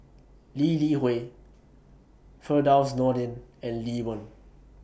Lee Li Hui Firdaus Nordin and Lee Wen